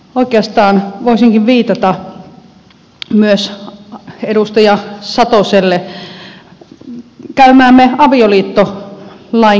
oikeastaan voisinkin viitata myös edustaja satoselle käymäämme avioliittolain käsittelyyn